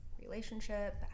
relationship